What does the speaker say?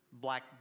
Black